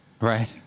Right